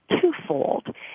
twofold